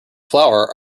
flour